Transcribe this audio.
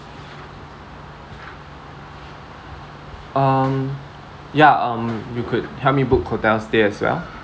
um ya um you could help me book hotel stay as well